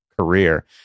career